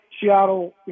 Seattle